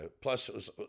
Plus